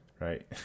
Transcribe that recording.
right